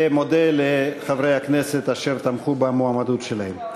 ומודה לחברי הכנסת